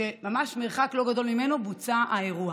שממש במרחק לא גדול ממנו בוצע האירוע.